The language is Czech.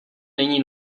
není